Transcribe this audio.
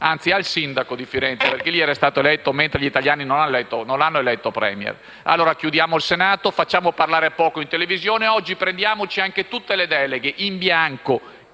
(anzi, al sindaco di Firenze, perché lì era stato eletto, mentre gli italiani non l'hanno eletto *Premier*). Chiudiamo allora il Senato, facciamo parlare poco in televisione e oggi prendiamoci anche tutte le deleghe, in bianco,